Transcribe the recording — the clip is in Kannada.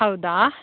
ಹೌದಾ